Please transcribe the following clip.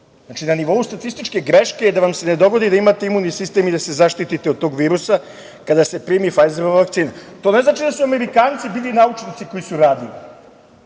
Znači, na nivou statističke greške je da vam se ne dogodi da imate imuni sistem i da se zaštite od tog virusa, a kada se primi Fajzerova vakcina. To ne znači da su Amerikanci bili naučnici koji su radili.